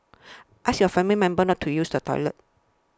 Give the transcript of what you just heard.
ask your family members not to use the toilet